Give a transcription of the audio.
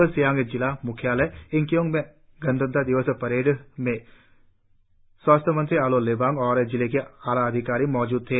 अपर सियांग जिला मुख्यालय यिंकियोंग में गणतंत्र दिवस परेड में स्वास्थ्य मंत्री आलो लिबांग और जिले के आला अधिकारी मौजूद थे